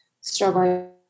struggling